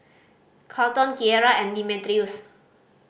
Carlton Kierra and Demetrius